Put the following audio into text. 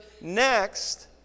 next